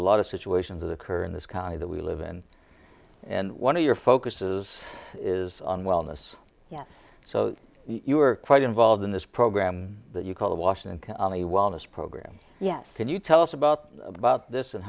a lot of situations that occur in this county that we live in and one of your focuses is on wellness yes so you were quite involved in this program that you call the washington county wellness program yes can you tell us about about this and